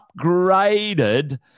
upgraded